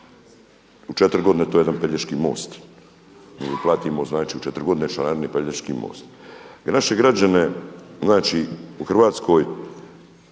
U četiri godine to je jedan Pelješki most. Mi platimo, znači u četiri godine Pelješki most. Naše građane, znači u Hrvatskoj